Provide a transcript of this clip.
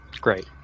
Great